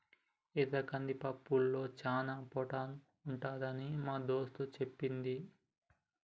ఎర్ర కంది పప్పుకూరలో చానా ప్రోటీన్ ఉంటదని మా దోస్తు చెప్పింది